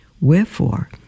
Wherefore